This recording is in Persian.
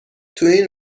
تواین